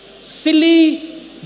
silly